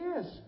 yes